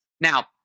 Now